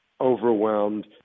overwhelmed